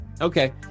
Okay